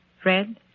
Fred